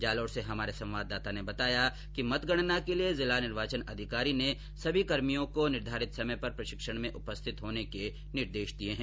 जालौर से हमारे संवाददाता ने बताया कि मतगणना के लिए जिला निर्वाचन अधिकारी ने सभी कार्मिकों को निर्धारित समय पर प्रशिक्षण में उपस्थित होने के निर्देश दिए है